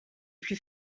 plus